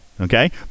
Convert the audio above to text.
okay